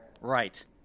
Right